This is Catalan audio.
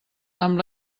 amb